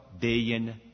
billion